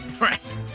Right